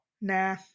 Nah